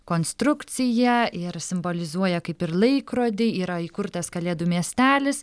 konstrukcija ir simbolizuoja kaip ir laikrodį yra įkurtas kalėdų miestelis